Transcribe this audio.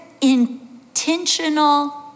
intentional